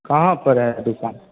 कहाँ पर है दोकान